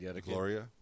gloria